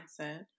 mindset